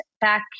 back